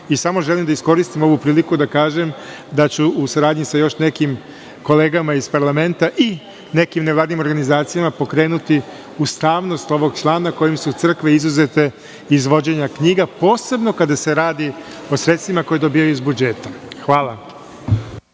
i samo želim da iskoristim ovu priliku i da kažem da ću u saradnji sa još nekim kolegama iz parlamenta i nekim nevladinim organizacijama pokrenuti ustavnost ovog člana kojim su crkve izuzete iz vođenja knjiga, posebno kada se radi o sredstvima koja dobijaju iz budžeta. Hvala.